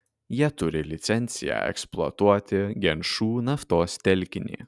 jie turi licenciją eksploatuoti genčų naftos telkinį